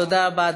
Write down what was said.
תודה רבה.